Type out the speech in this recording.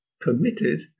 permitted